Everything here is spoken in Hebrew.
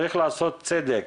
צריך לעשות צדק